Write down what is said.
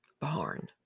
barn